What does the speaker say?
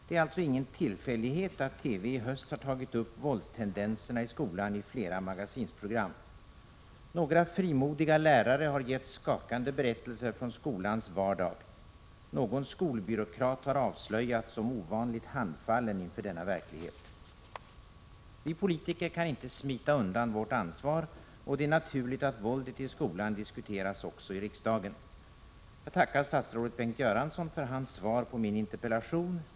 Det är alltså ingen tillfällighet att TV i höst tagit upp våldstendenserna i skolan i flera Magasinprogram. Några frimodiga lärare har gett skakande berättelser från skolans vardag. Någon skolbyråkrat har avslöjats som ovanligt handfallen inför denna verklighet. Vi politiker kan inte smita undan vårt ansvar, och det är naturligt att våldet i skolan diskuteras också i riksdagen. Jag tackar statsrådet Bengt Göransson för hans svar på min interpellation.